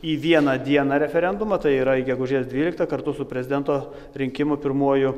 į vieną dieną referendumą tai yra gegužės dvyliktą kartu su prezidento rinkimų pirmuoju